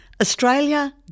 Australia